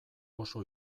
oso